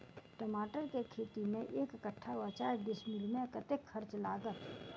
टमाटर केँ खेती मे एक कट्ठा वा चारि डीसमील मे कतेक खर्च लागत?